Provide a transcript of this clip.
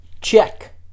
check